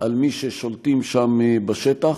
על מי ששולטים שם בשטח.